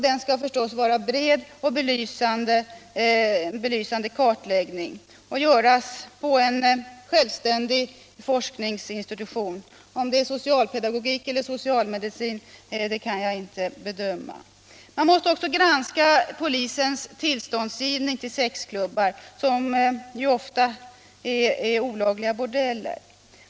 Det skall förstås vara en bred och belysande kartläggning som skall göras på någon självständig forskningsinstitution — för socialpedagogik eller socialmedicin, det kan jag inte bedöma. Man måste också granska polisens tillståndsgivning till sexklubbar, som ofta är olagliga bordeller.